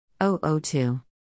002